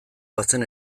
bazen